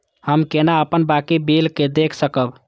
हम केना अपन बाकी बिल के देख सकब?